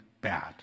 bad